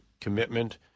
commitment